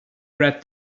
read